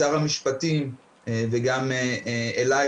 לשר המשפטים וגם אליך,